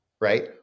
right